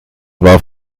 war